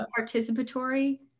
participatory